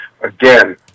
again